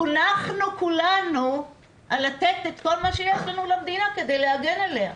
חונכנו כולנו על לתת את כל מה שיש לנו למדינה כדי להגן עליה,